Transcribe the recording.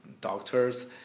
doctors